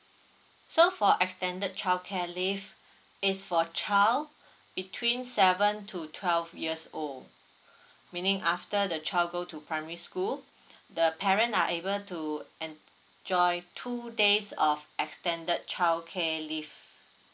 so for extended childcare leave is for child between seven to twelve years old meaning after the child go to primary school the parent are able to enjoy two days of extended childcare leave